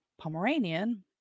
Pomeranian